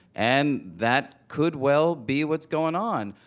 and that could well be what's going on.